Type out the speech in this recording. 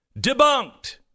Debunked